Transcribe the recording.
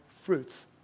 fruits